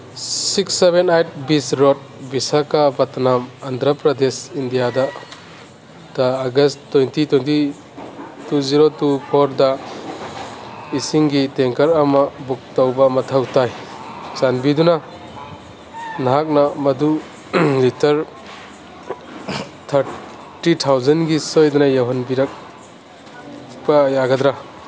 six seven eight ꯕꯤꯁꯔꯣꯠ ꯕꯤꯁꯀꯄꯇꯅꯝ ꯑꯟꯗ꯭ꯔꯄ꯭ꯔꯗꯦꯁ ꯏꯟꯗꯤꯌꯥꯗ August twenty twenty two zero two ꯐꯣꯔꯗ ꯏꯁꯤꯡꯒꯤ ꯇꯦꯡꯀꯔ ꯑꯃ ꯕꯨꯛ ꯇꯧꯕ ꯃꯊꯧ ꯇꯥꯏ ꯆꯥꯟꯕꯤꯗꯨꯅ ꯅꯍꯥꯛꯅ ꯃꯗꯨ ꯂꯤꯇꯔ ꯊꯥꯔꯇꯤ ꯊꯥꯎꯖꯟꯒꯤ ꯁꯣꯏꯗꯅ ꯌꯧꯍꯟꯕꯤꯔꯛꯄ ꯌꯥꯒꯗ꯭ꯔꯥ